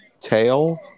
tail